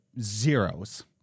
zeros